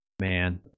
Man